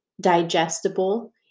digestible